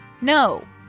no